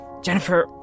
Jennifer